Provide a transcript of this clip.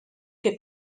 que